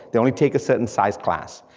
they only take a certain size class.